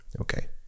Okay